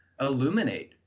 illuminate